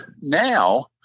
now